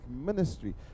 ministry